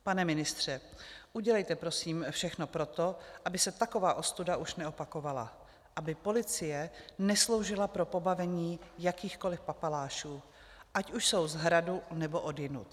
Pane ministře, udělejte prosím všechno pro to, aby se taková ostuda už neopakovala, aby policie nesloužila pro pobavení jakýchkoliv papalášů, ať už jsou z Hradu, nebo odjinud.